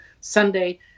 Sunday